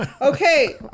okay